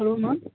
hello ma'am